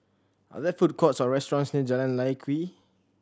are there food courts or restaurants near Jalan Lye Kwee